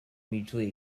mutually